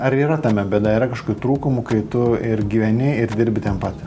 ar yra tame bėda yra kažkokių trūkumų kai tu ir gyveni ir dirbi ten pat